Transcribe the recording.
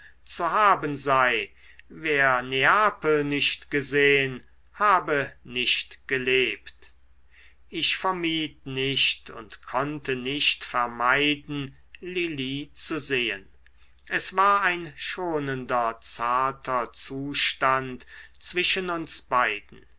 zu haben sei wer neapel nicht gesehn habe nicht gelebt ich vermied nicht und konnte nicht vermeiden lili zu sehen es war ein schonender zarter zustand zwischen uns beiden